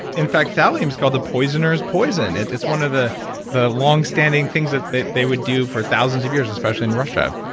in fact, thallium is called the poisoner's poison. it's one of the the long standing things that they they would do for thousands of years, especially in russia.